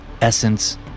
essence